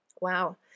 Wow